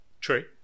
True